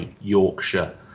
yorkshire